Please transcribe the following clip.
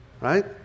right